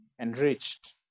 enriched